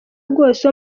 bwose